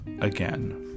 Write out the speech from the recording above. again